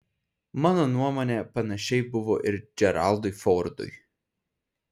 mano nuomone panašiai buvo ir džeraldui fordui